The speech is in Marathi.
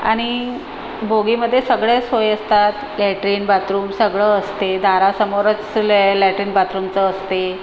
आणि बोगीमध्ये सगळे सोय असतात लॅटरीन बाथरूम सगळं असते दारासमोरच लॅ लॅटरीन बाथरूमचं असते